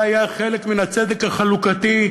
זה היה חלק מהצדק החלוקתי,